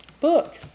book